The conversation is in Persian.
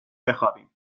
بخوابیم